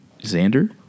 Xander